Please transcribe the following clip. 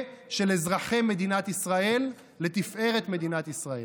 של אזרחי מדינת ישראל לתפארת מדינת ישראל.